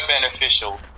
beneficial